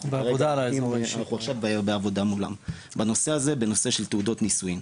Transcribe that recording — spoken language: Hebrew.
אנחנו בעבודה מולם בנושא של תעודות נישואין.